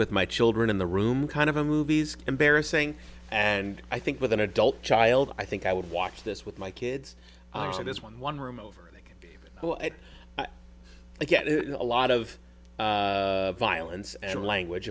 with my children in the room kind of a movie's embarrassing and i think with an adult child i think i would watch this with my kids in this one one room over like oh i get a lot of violence and language